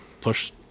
push